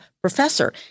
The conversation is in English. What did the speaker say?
professor